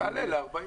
תעלה ל-40.